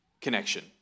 Connection